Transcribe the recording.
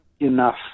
enough